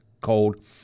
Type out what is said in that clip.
cold